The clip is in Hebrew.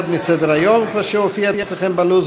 כפי שהופיע אצלכם בלו"ז,